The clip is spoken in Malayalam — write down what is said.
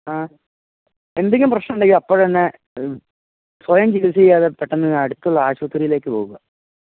ആ എന്തെങ്കിലും പ്രശ്നമുണ്ടെങ്കില് അപ്പോഴെന്നെ സ്വയം ചികിത്സിക്കാതെ പെട്ടെന്ന് അടുത്തുള്ള ആശുപത്രിയിലേക്കു പോവുക